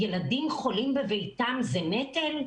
ילדים חולים בביתם זה נטל?